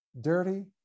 dirty